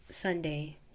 Sunday